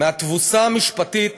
מהתבוסה המשפטית